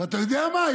ואתה יודע מה?